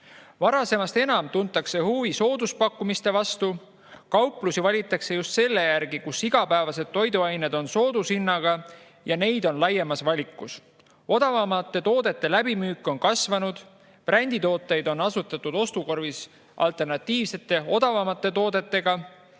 Varasemast enam tuntakse huvi sooduspakkumiste vastu. Kauplusi valitakse just selle järgi, kus igapäevased toiduained on soodushinnaga ja neid on laiemas valikus. Odavamate toodete läbimüük on kasvanud, bränditooted on ostukorvis asendatud alternatiivsete odavamate toodetega,